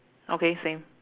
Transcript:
okay same